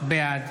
בעד